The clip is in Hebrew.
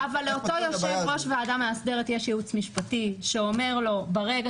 אבל לאותו יושב-ראש ועדה מאסדרת יש ייעוץ משפטי שאומר לו ברגע